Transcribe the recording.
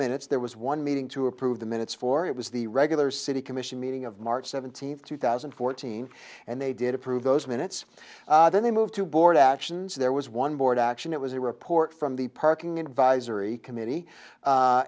minutes there was one meeting to approve the minutes for it was the regular city commission meeting of march seventeenth two thousand and fourteen and they did approve those minutes then they moved to board actions there was one board action it was a report from the parking advisory committee